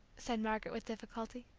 said margaret, with difficulty.